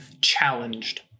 challenged